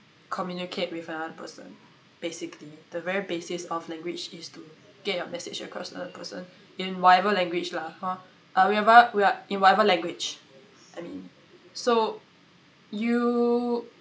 is to be able to communicate with another person basically the very basis of language is to get your message across to another person in whatever language lah hor uh whatev~ in whatever language I mean so you